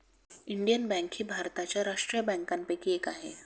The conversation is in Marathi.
इंडियन बँक ही भारताच्या राष्ट्रीय बँकांपैकी एक आहे